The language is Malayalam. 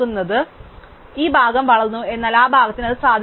അതായത് ഈ ഭാഗം വളർന്നു എന്നാൽ ആ ഭാഗത്തിനു അതിനു സാധിച്ചില്ല